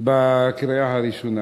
בקריאה הראשונה,